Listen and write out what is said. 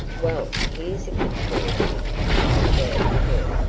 well, here's a conspiracy, cried dan demille,